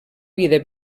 vida